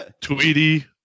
Tweety